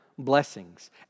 blessings